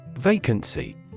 Vacancy